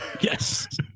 Yes